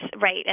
right